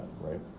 right